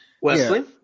Wesley